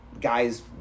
guys